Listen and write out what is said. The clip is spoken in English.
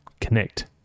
connect